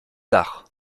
arts